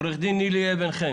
עו"ד נילי אבן-חן,